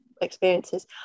experiences